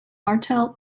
martel